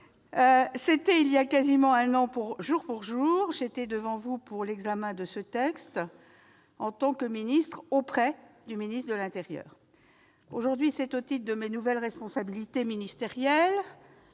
il y a quasiment un an jour pour jour, j'étais devant vous pour l'examen de ce texte en tant que ministre auprès du ministre de l'intérieur. Aujourd'hui, c'est au titre de mes nouvelles responsabilités ministérielles